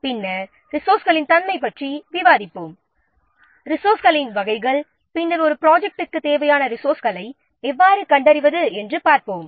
பின்னர் ரிசோர்ஸ்களின் தன்மைகளைப் பற்றி விவாதிப்போம் பின்னர் ஒரு ப்ரொஜெக்டிற்குத் தேவையான ரிசோர்ஸ்களை எவ்வாறு கண்டறிவது என்று பார்ப்போம்